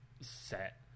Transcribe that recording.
set